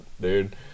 dude